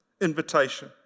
invitation